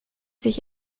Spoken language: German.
sich